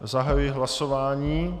Zahajuji hlasování.